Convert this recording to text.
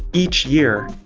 each year.